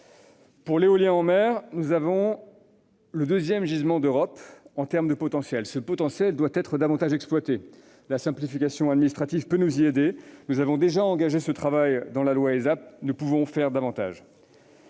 ou hydrolien, nous avons le deuxième gisement d'Europe par son potentiel. Celui-ci doit être davantage exploité ; la simplification administrative peut nous y aider. Nous avons déjà engagé ce travail dans la loi ASAP, mais nous pouvons faire davantage.